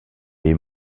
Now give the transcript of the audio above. les